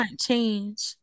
change